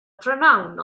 prynhawn